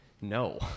no